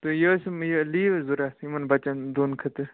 تہٕ یہِ حظ چھُم یہِ لیو حظ ضرورَت یِمن بَچن دۄن خٲطرٕ